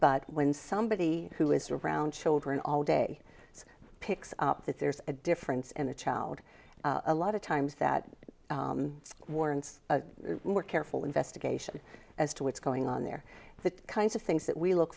but when somebody who is around children all day picks up that there's a difference in the child a lot of times that warrants a more careful investigation as to what's going on there the kinds of things that we look